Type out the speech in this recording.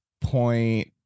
Point